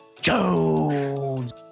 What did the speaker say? jones